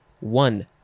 One